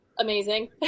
amazing